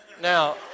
Now